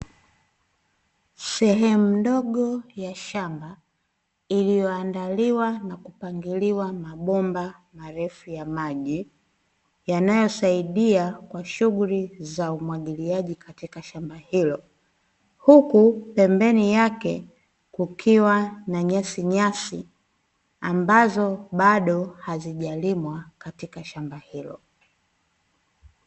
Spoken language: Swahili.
Sehemu ndogo ya shamba iliyoandaliwa na kupangiliwa mabomba marefu ya maji yanayo saidia kwa shughuli za umwagiliaji katika shamba hilo. Huku pembeni yake, kukiwa na nyasinyasi ambazo bado hazijalimwa katika shamba hilo.